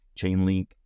Chainlink